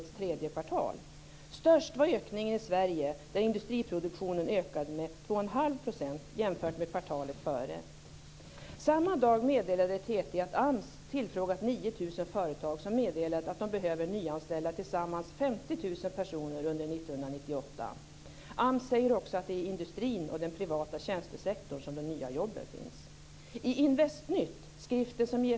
Samma dag meddelade TT att AMS tillfrågat 9 000 företag som meddelat att de behöver nyanställa tillsammans 50 000 personer under 1998. AMS säger också att det är i industrin och den privata tjänstesektorn som de nya jobben finns.